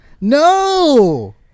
No